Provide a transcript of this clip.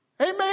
Amen